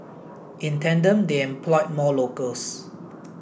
in tandem they employed more locals